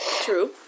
True